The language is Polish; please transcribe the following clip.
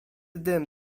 dym